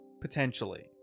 Potentially